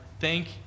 thank